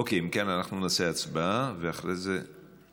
אוקיי, אם כן, אנחנו נעשה הצבעה, ואחרי זה הודעה.